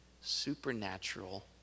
supernatural